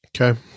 Okay